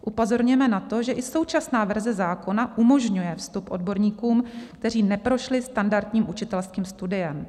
Upozorňujeme na to, že i současná verze zákona umožňuje vstup odborníkům, kteří neprošli standardním učitelským studiem.